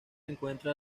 encuentra